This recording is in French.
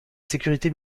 sécurité